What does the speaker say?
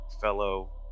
fellow